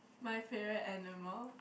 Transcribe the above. my favourite aminal